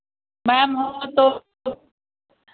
ma'am हो तो